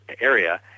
area